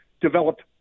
developed